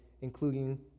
including